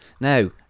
Now